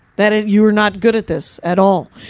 that ah you're not good at this, at all.